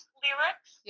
lyrics